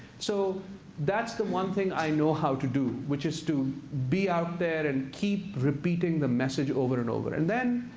so that's the one thing i know how to do, which is to be out there and keep repeating the message over and over. and then,